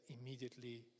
immediately